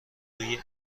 روی